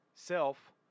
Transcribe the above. self